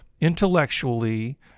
intellectually